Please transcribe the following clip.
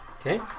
Okay